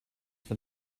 for